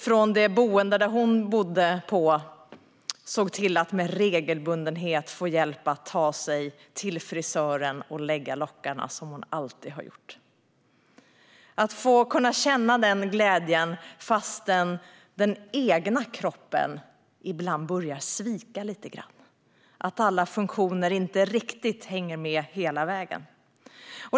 På det boende där hon bodde såg hon till att regelbundet få hjälp att ta sig till frisören och lägga lockarna, som hon alltid gjort. Tänk att få känna den glädjen fast den egna kroppen börjar svika lite grann och alla funktioner inte riktigt hänger med hela vägen.